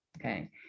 okay